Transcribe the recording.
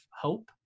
hope